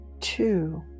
Two